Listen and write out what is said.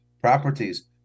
properties